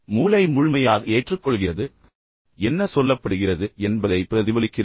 மூளை முழுமையாக ஏற்றுக்கொள்ளும் மற்றும் என்ன சொல்லப்படுகிறது என்பதைப் பிரதிபலிக்கிறது